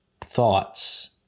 thoughts